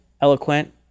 eloquent